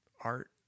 art